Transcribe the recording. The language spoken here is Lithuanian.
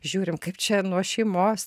žiūrim kaip čia nuo šeimos